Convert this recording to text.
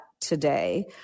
today